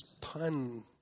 pun